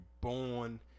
born